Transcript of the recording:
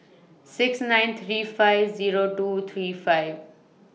six nine three five Zero two three five